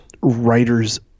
writers